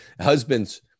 Husbands